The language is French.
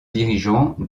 dirigeants